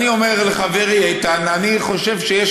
אני אומר לחברי איתן: אני חושב שיש